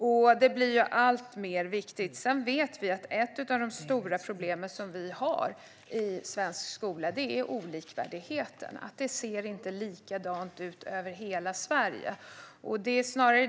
Detta blir allt viktigare. Sedan vet vi att ett av de stora problem vi har i svensk skola är olikvärdigheten - att det inte ser likadant ut över hela Sverige.